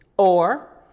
or,